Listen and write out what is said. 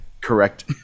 correct